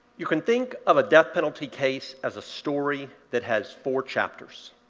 you can think of a death penalty case as a story that has four chapters.